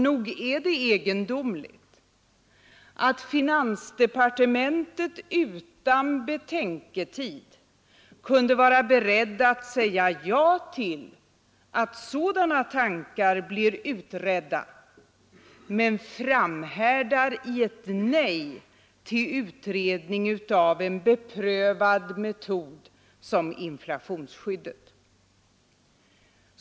Nog är det egendomligt att finansdepartementet utan betänketid kunde vara berett att säga ja till att sådana tankar blir utredda men framhärdar i ett nej till utredning av en beprövad metod som inflationsskyddet.